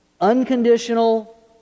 unconditional